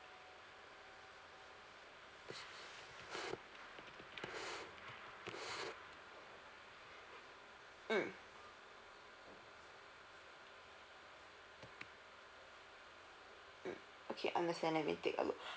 mm mm okay understand let me take a look